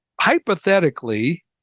hypothetically